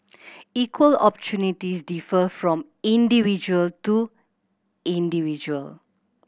equal opportunities differ from individual to individual